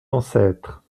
ancêtres